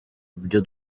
byo